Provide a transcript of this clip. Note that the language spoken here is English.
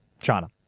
China